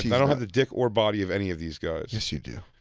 and i don't have the dick or body of any of these guys. yes you do.